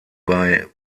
bei